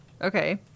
Okay